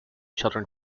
children